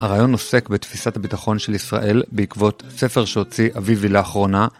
הרעיון עוסק בתפיסת הביטחון של ישראל בעקבות ספר שהוציא אביבי לאחרונה